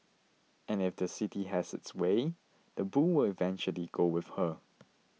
and if the city has its way the bull will eventually go with her